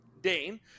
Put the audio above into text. Dane